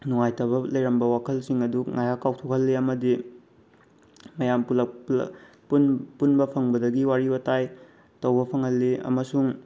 ꯅꯨꯡꯉꯥꯏꯇꯕ ꯂꯩꯔꯝꯕ ꯋꯥꯈꯜꯁꯤꯡ ꯑꯗꯨ ꯉꯥꯏꯍꯥꯛ ꯀꯥꯎꯊꯣꯛꯍꯜꯂꯤ ꯑꯃꯗꯤ ꯃꯌꯥꯝ ꯄꯨꯟꯕ ꯐꯪꯕꯗꯒꯤ ꯋꯥꯔꯤ ꯋꯥꯇꯥꯏ ꯇꯧꯕ ꯐꯪꯍꯜꯂꯤ ꯑꯃꯁꯨꯡ